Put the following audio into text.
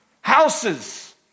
Houses